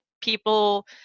people